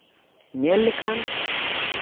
ᱧᱮᱞ ᱞᱮᱠᱷᱟᱱ